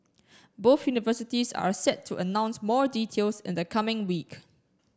both universities are set to announce more details in the coming week